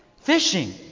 Fishing